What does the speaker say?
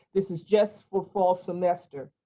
this is just for fall semester,